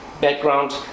background